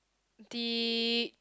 the